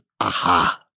aha